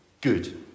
good